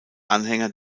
anhänger